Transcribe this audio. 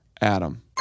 Adam